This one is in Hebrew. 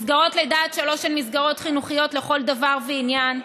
מסגרות לידה עד שלוש הן מסגרות חינוכיות לכל דבר ועניין,